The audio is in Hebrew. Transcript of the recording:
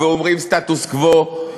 ואומרים: סטטוס-קוו,